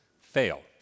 fail